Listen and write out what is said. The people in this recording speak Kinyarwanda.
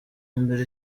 mbere